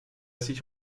sich